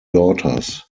daughters